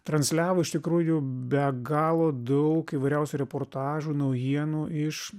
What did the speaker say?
transliavo iš tikrųjų be galo daug įvairiausių reportažų naujienų iš